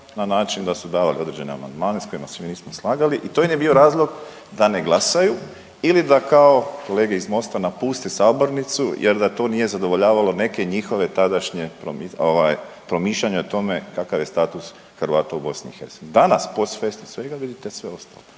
na način da su davali određene amandmane s kojima se mi nismo slagali i to im je bio razlog da ne glasaju ili da kao kolege iz MOST-a napuste sabornicu jer da to nije zadovoljavalo neke njihove tadašnje ovaj promišljanja o tome kakav je status Hrvata u BiH. Danas post festum svega vidite sve ostalo.